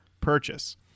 purchase